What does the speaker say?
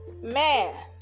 Man